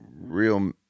real